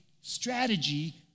strategy